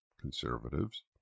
conservatives